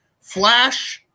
flash